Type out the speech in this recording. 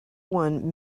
won